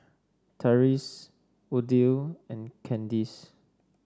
Tyrese Odile and Candis